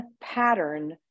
pattern